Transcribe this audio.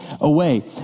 away